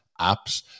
apps